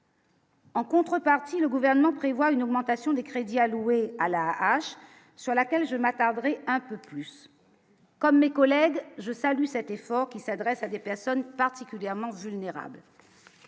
En contrepartie, le gouvernement prévoit une augmentation des crédits alloués à la hache, sur laquelle je m'attarderai un peu plus comme mes collègues, je salue cet effort qui s'adresse à des personnes particulièrement vulnérables.